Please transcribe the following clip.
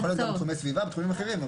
יכול היות בתחומי סביבה ובתחומים אחרים,